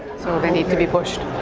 so they need to be pushed